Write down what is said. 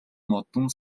модон